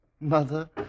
Mother